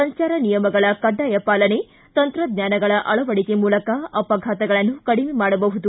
ಸಂಚಾರ ನಿಯಮಗಳ ಕಡ್ಡಾಯ ಪಾಲನೆ ತಂತ್ರಜ್ಞಾನಗಳ ಅಳವಡಿಕೆ ಮೂಲಕ ಅಪಘಾತಗಳನ್ನು ಕಡಿಮೆ ಮಾಡಬಹುದು